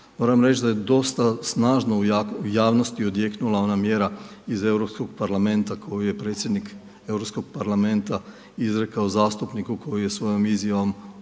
Moram reći da je dosta snažno u javnosti odjeknula ona mjera iz Europskog parlamenta koju je predsjednik Europskog parlamenta izrekao zastupniku koji je svojom izjavom uvrijedio,